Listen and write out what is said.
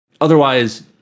otherwise